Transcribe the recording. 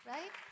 Right